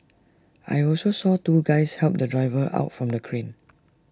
I also saw two guys help the driver out from the crane